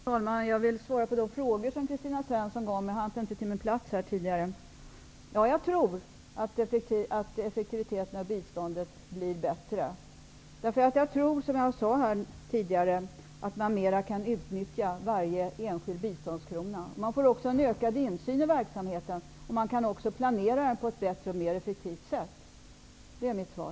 Herr talman! Jag vill svara på de frågor som Kristina Svensson ställde till mig. Jag hann inte fram till min plats tidigare. Ja, jag tror att effektiviteten i biståndet blir bättre. Som jag sade tidigare tror jag att man kan utnyttja varje enskild biståndskrona bättre. Man får också ökad insyn i verksamheten och kan planera på ett bättre och effektivare sätt. Det är mitt svar.